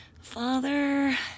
Father